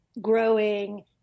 growing